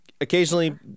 Occasionally